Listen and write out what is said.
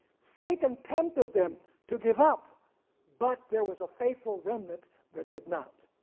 satan tempted them to give up but there was a faithful remnant that did not.